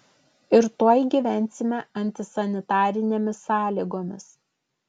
ir tuoj gyvensime antisanitarinėmis sąlygomis